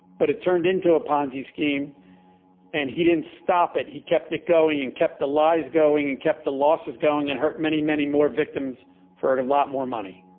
but it turned into a ponzi scheme and he didn't stop it. he kept it going and kept the lies going and kept the losses going and hurt many, many more victims for a lot more money.